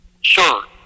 Sure